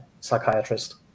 psychiatrist